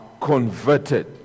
converted